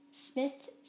smith